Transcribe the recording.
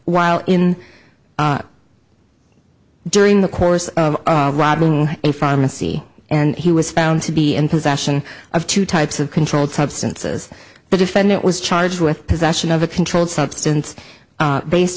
while in during the course of robbing a pharmacy and he was found to be in possession of two types of controlled substances the defendant was charged with possession of a controlled substance based